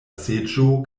seĝo